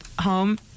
home